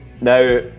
Now